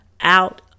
out